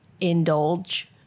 indulge